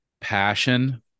Passion